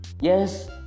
yes